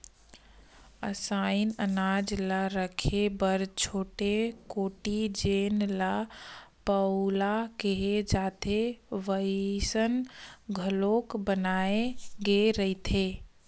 असइन अनाज ल राखे बर छोटे कोठी जेन ल पउला केहे जाथे वइसन घलोक बनाए गे रहिथे